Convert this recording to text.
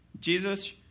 Jesus